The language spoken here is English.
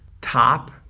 top